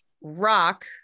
rock